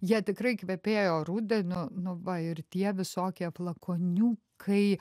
jie tikrai kvepėjo rudeniu nu va ir tie visokie flakoniu kai